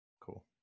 cool